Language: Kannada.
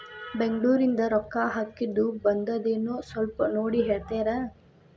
ಬೆಂಗ್ಳೂರಿಂದ ರೊಕ್ಕ ಹಾಕ್ಕಿದ್ದು ಬಂದದೇನೊ ಸ್ವಲ್ಪ ನೋಡಿ ಹೇಳ್ತೇರ?